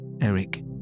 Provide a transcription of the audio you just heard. Eric